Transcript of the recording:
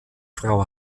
frau